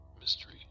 mystery